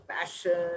passion